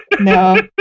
No